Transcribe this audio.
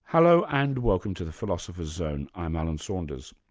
hello, and welcome to the philosopher's zone i'm alan saunders.